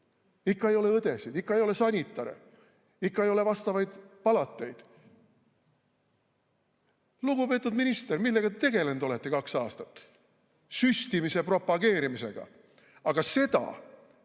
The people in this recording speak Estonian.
ikka ei ole õdesid, ikka ei ole sanitare, ikka ei ole vastavaid palateid. Lugupeetud minister! Millega te olete tegelenud kaks aastat? Süstimise propageerimisega! Aga kui